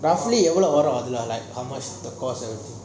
roughly you know like how much is the cost